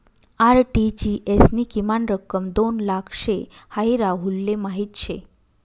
RTGS नी किमान रक्कम दोन लाख शे हाई राहुलले माहीत शे